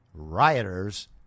Rioters